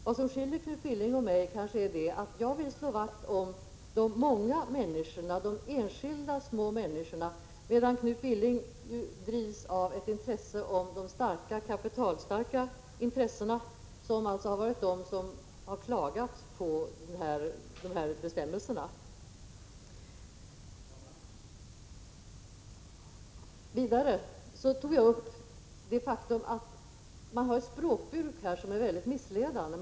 Vad som skiljer Knut Billing och mig är kanske att jag vill slå vakt om de många människorna, de enskilda små människorna, medan Knut Billing drivs av ett intresse för de kapitalstarka, som alltså har klagat på dessa bestämmelser. Vidare tog jag upp det faktum att man här har ett språkbruk som är mycket missledande.